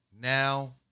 Now